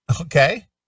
Okay